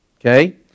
Okay